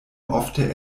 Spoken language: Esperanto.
ofte